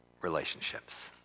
relationships